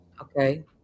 Okay